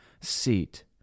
seat